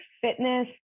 fitness